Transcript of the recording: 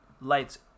lights